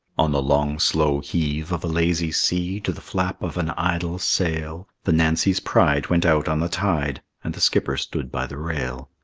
on the long slow heave of a lazy sea, to the flap of an idle sail, the nancy's pride went out on the tide and the skipper stood by the rail.